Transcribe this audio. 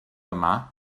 yma